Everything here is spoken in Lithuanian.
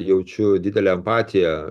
jaučiu didelę empatiją